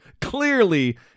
clearly